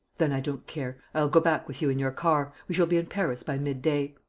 then i don't care. go back with you in your car. we shall be in paris by mid-day.